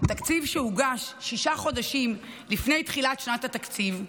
תקציב שהוגש שישה חודשים לפני תחילת שנת התקציב,